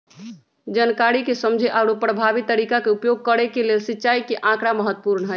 जनकारी के समझे आउरो परभावी तरीका के उपयोग करे के लेल सिंचाई के आकड़ा महत्पूर्ण हई